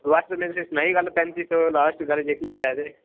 last में तुसें सनाई गल्ल पैंती सौ लास्ट गल्ल जेह्की ऐ ते